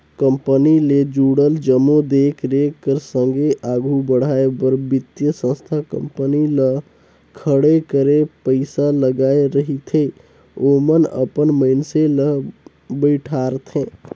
company ले जुड़ल जम्मो देख रेख कर संघे आघु बढ़ाए बर बित्तीय संस्था कंपनी ल खड़े करे पइसा लगाए रहिथे ओमन अपन मइनसे ल बइठारथे